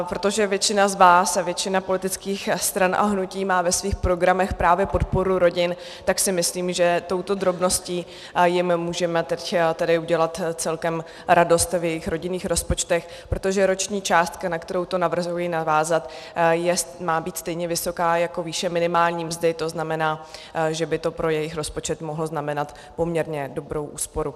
Protože většina z vás, většina politických stran a hnutí má ve svých programech právě podporu rodin, tak si myslím, že touto drobností jim můžeme teď udělat celkem radost v jejich rodinných rozpočtech, protože roční částka, na kterou to navrhuji navázat, má být stejně vysoká jako výše minimální mzdy, to znamená, že by to pro jejich rozpočet mohlo znamenat poměrně dobrou úsporu.